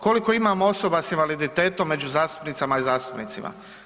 Koliko imamo osoba s invaliditetom među zastupnicima i zastupnicama?